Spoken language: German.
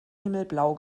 himmelblau